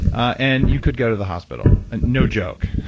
and you could go to the hospital. and no joke.